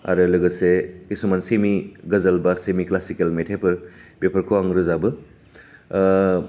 आरो लोगोसे किसुमान सेमि गाजाल बा सेमि क्लासिकेल मेथाइफोर बेफोरखौ आं रोजाबो